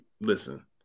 Listen